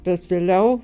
bet vėliau